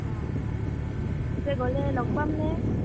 অঁ পিছে গ'লে লগ পামনে